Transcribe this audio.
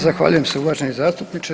Zahvaljujem se uvaženi zastupniče.